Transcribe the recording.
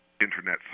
internet